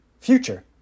future